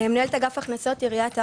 מנהלת אגף ההכנסות, עיריית ערד.